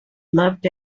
loved